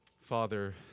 Father